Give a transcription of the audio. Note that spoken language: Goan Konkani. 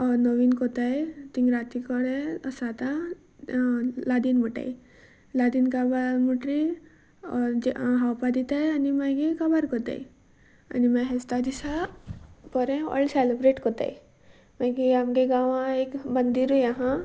नवीन करतात थंय रातचें कळें सातां लादीन म्हणटात लादीन काबार म्हणटकच खावपा दितात आनी मागीर काबार करतात आनी मागीर फेस्ता दिसा बरें व्हडलें सेलब्रेट करतात मागीर आमच्या गांवां एक मंदिरूय आसा